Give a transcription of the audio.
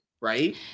Right